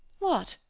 what!